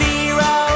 Zero